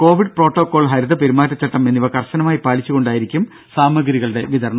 Covid protocol ഹരിത പെരുമാറ്റച്ചട്ടം എന്നിവ കർശനമായി പാലിച്ചുകൊണ്ടായിരിക്കും സാമഗ്രികളുടെ വിതരണം